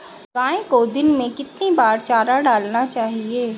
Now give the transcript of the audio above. गाय को दिन में कितनी बार चारा डालना चाहिए?